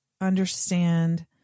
understand